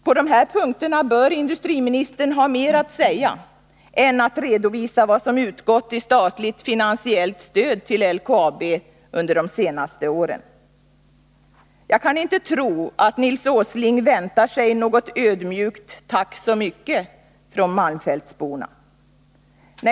På de här punkterna bör industriministern ha mer att säga än att redovisa vad som utgått i statligt finansiellt stöd till LKAB under de senaste åren. Jag kan inte tro att Nils Åsling väntar sig ett ödmjukt ”tack så mycket” från malmfältsborna.